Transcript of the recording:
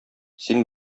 син